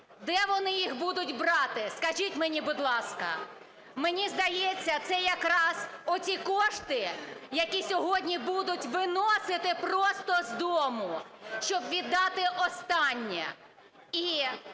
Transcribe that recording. Де вони їх будуть брати? Скажіть мені, будь ласка. Мені здається, це якраз оті кошти, які сьогодні будуть виносити просто з дому, щоб віддати останнє.